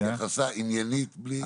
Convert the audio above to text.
תודה רבה.